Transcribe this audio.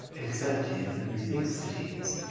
except him who thinks that he is.